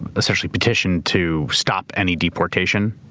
essentially petition to stop any deportation.